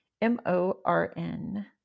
M-O-R-N